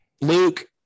Luke